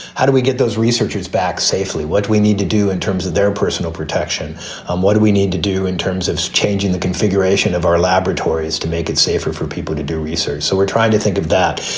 how do we get those researchers back safely, what we need to do in terms of their personal protection and what do we need to do in terms of changing the. figuration of our laboratories to make it safer for people to do research. so we're trying to think of that.